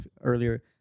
earlier